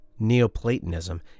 Neoplatonism